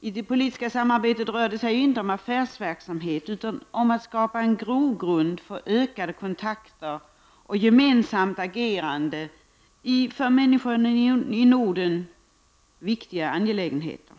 I det politiska samarbetet rör det sig inte om affärsverksamhet, utan om att skapa en grogrund för ökade kontakter och gemensamt agerande i för människorna i Norden viktiga angelägenheter.